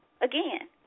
Again